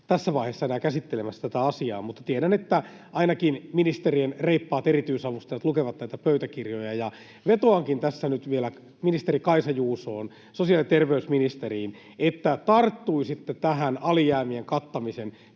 tässä vaiheessa käsittelemässä tätä asiaa, mutta tiedän, että ainakin ministerien reippaat erityisavustajat lukevat näitä pöytäkirjoja. Vetoankin tässä nyt vielä ministeri Kaisa Juusoon, sosiaali- ja terveysministeriin, että tarttuisitte tähän alijäämien kattamisen